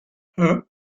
her